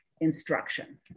instruction